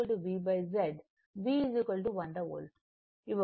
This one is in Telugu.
కాబట్టి I V Z V 100 వోల్ట్లు ఇవ్వబడినది